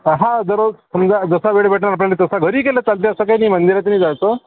हां दररोज समजा जसा वेळ भेटन आपल्याला तसा घरी केलं तरी चालतं तसं काही नाही मंदिरातही चालतो